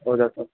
ಹೌದ ಸರ್